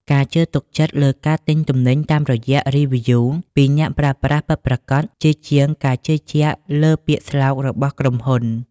ការជឿទុកចិត្តលើការទិញទំនិញតាមរយៈ " (Reviews)" ពីអ្នកប្រើប្រាស់ពិតប្រាកដ ជាជាងការជឿលើពាក្យស្លោករបស់ក្រុមហ៊ុន។